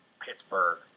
Pittsburgh